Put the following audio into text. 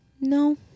No